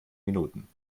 minuten